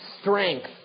Strength